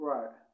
Right